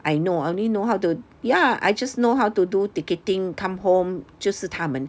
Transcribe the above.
I know I only know how to ya I just know how to do ticketing come home 就是他们